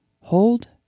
hold